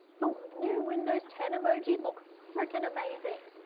the new windows ten emoji look freaking amazing.